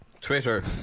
Twitter